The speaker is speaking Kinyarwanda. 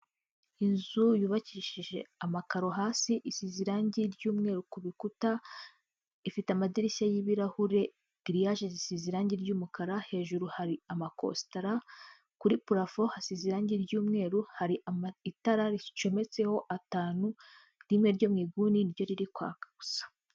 Inzu yubakishije amakaro hasi isize irange ry'umweru ku bikuta, ifite amadirishya y'ibirahure, giriyaje zisize irange ry'umukara, hejuru hari amakositara kuri purafo hasize irange ry'umweru, hari itara ricometseho atanu rimwe ryo mu nguni ni ryo riri kwaka gusa.